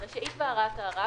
רשאית ועדת הערר